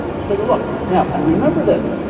let's take a look. now, and remember this,